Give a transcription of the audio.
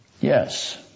Yes